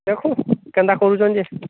ଦେଖ କେମିତି କରୁଛନ୍ତି ଯେ